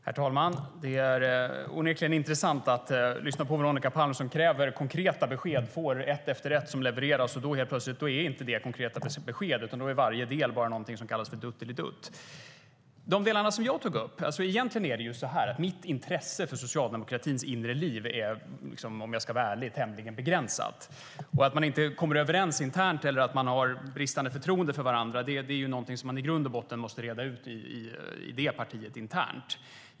Herr talman! Det är onekligen intressant att lyssna på Veronica Palm, som kräver konkreta besked och när de ett efter ett levereras helt plötsligt menar att de inte är konkreta besked. Då är i stället varje del bara någonting som kallas duttelidutt. Egentligen är det så här: Mitt intresse för socialdemokratins inre liv är, om jag ska vara ärlig, tämligen begränsat. Att man inte kommer överens internt eller att man har bristande förtroende för varandra är någonting man i grund och botten måste reda ut internt i partiet.